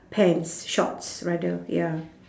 pants shorts rather ya